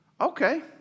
okay